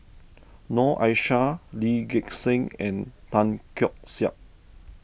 Noor Aishah Lee Gek Seng and Tan Keong Saik